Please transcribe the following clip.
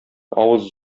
авыз